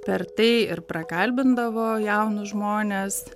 per tai ir prakalbindavo jaunus žmones